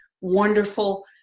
wonderful